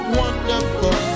wonderful